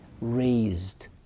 raised